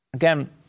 Again